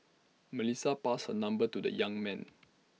Melissa passed her number to the young man